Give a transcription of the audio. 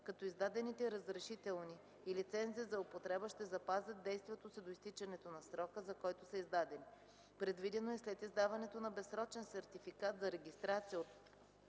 като издадените разрешителни и лицензи за употреба ще запазят действието си до изтичането на срока, за който са издадени. Предвидено е след издаването на безсрочен сертификат за регистрация от